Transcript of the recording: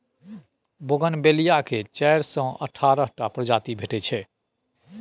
bougainvillea केर चारि सँ अठारह टा प्रजाति भेटै छै